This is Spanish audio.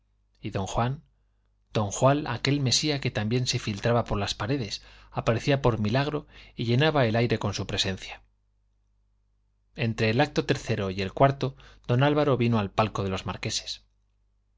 y don juan don juan aquel mesía que también se filtraba por las paredes aparecía por milagro y llenaba el aire con su presencia entre el acto tercero y el cuarto don álvaro vino al palco de los marqueses ana